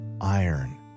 iron